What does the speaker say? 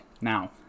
Now